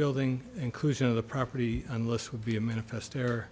building inclusion of the property unless would be a manifest error